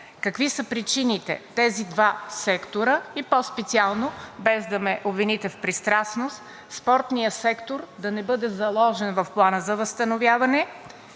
какви са причините тези два сектора и по-специално – без да ме обвините в пристрастност, спортният сектор да не бъде заложен в Плана за възстановяване